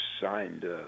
signed